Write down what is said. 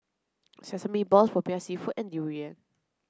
sesame balls Popiah seafood and durian